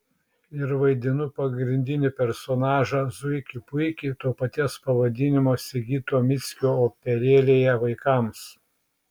ir vaidinu pagrindinį personažą zuikį puikį to paties pavadinimo sigito mickio operėlėje vaikams